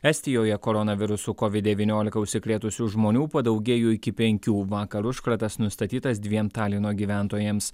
estijoje koronavirusu covid devyniolika užsikrėtusių žmonių padaugėjo iki penkių vakar užkratas nustatytas dviem talino gyventojams